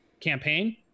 campaign